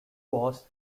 was